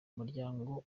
umuryango